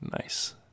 nice